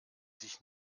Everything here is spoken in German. sich